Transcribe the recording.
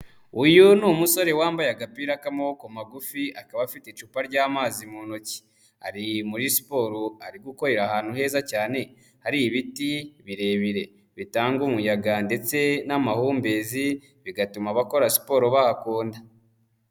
Uyu ni umusore wambaye agapira k'amaboko magufi, akaba afite icupa ry'amazi mu ntoki, ari muri siporo ari gukorera ahantu heza cyane hari ibiti birebire bitanga umuyaga ndetse n'amahumbezi, bigatuma abakora siporo bahakunda.